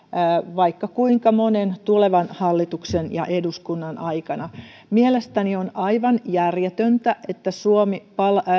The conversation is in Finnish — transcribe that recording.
vaikka kuinka monen tulevan hallituksen ja eduskunnan aikana mielestäni on aivan järjetöntä että suomi